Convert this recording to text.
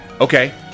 okay